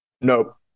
Nope